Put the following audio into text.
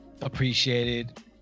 appreciated